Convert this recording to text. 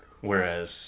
whereas